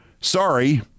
sorry